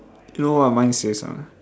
you know what mine says or not